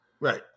Right